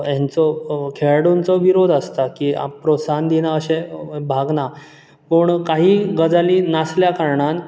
हेंचो खेळाडूंचो विरोध आसता की प्रोत्साहन दिना अशें भाग ना पूण काही गजाली नासल्या करणान